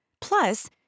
Plus